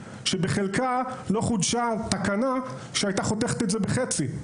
שבחלקה לא חודשה תקנה שהייתה חותכת את זה בחצי.